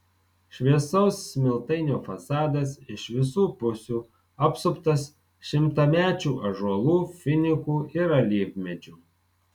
šviesaus smiltainio fasadas iš visų pusių apsuptas šimtamečių ąžuolų finikų ir alyvmedžių